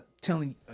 Telling